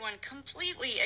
completely